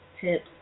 tips